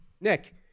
Nick